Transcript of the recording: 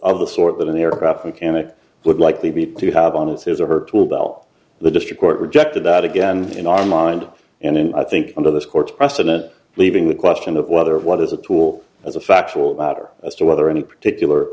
of the sort that an aircraft mechanic would likely be to have on it's his or her tool belt the district court rejected that again in our mind and i think under this court's precedent leaving the question of whether what is a tool as a factual matter as to whether any particular